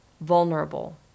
vulnerable